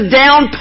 down